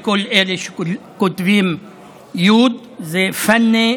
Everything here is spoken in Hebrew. לכל אלה שכותבים עם יו"ד: זה פאנה,